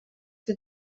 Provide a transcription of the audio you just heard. que